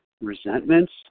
resentments